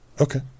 Okay